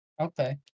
okay